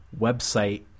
website